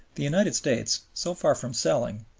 the united states, so far from selling,